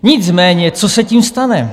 Nicméně, co se tím stane?